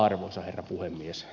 arvoisa herra puhemies